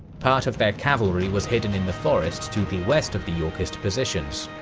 part of their cavalry was hidden in the forest to the west of the yorkist positions.